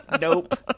nope